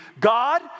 God